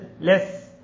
less